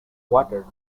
water